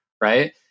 right